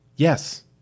Yes